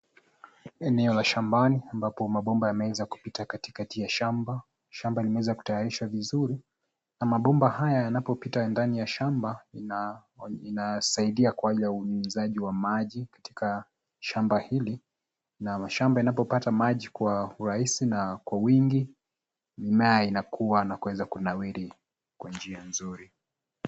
Eneo ya shambani ambapo mabomba yameweza kupita katikati ya shamba. Shamba imeweza kutayarishwa vizuri na mabomba haya yanapopita ndani ya shamba inasaidia kwa unyunyizaji wa maji katika shamba hili. Na mashamba yanapopata maji kwa urahisi na kwa wingi, mimea inakua na kuweza kunawiri kwa njia nzuri.